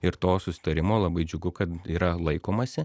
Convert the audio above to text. ir to susitarimo labai džiugu kad yra laikomasi